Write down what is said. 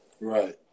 Right